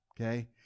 Okay